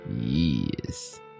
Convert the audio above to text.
yes